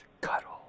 cuddle